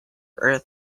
earth